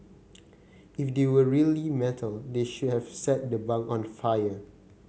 if they were really metal they should have set the bunk on fire